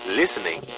listening